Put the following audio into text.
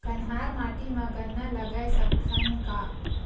कन्हार माटी म गन्ना लगय सकथ न का?